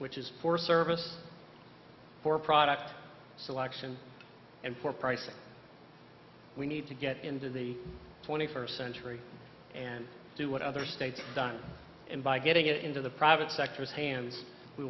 which is for service for product selection and for pricing we need to get into the twenty first century and do what other states done and by getting it into the private sectors hands we